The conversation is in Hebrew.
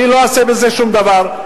אני לא אעשה בזה שום דבר.